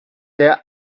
their